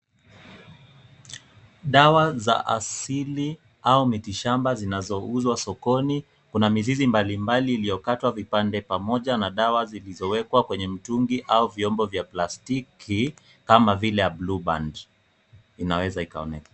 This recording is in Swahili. Dawa za asili au miti shamba zinazouzwa sokoni. Kuna mizizi mbalimbali iliyokatwa vipande pamoja na dawa zilizowekwa kwenye mtungi au vyombo vya plastiki kama vile ya BlueBand inaweza ikaonekana.